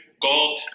God